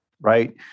right